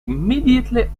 immediately